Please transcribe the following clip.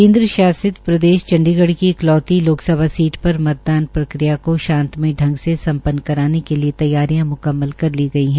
केन्द्र शासित प्रदेश चंडीगढ़ की इकलौती लोकसभा सीट पर मतदान प्रक्रिया को शांतमयी ांग से सम्पन्न कराने के लिये तैयारियां मुकम्मल कर ली गई है